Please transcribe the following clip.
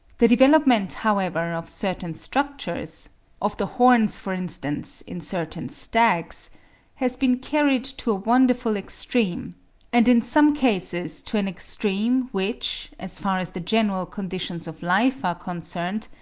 the development, however, of certain structures of the horns, for instance, in certain stags has been carried to a wonderful extreme and in some cases to an extreme which, as far as the general conditions of life are concerned,